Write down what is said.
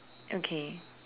okay